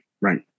right